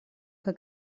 que